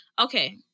okay